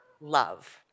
love